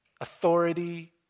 authority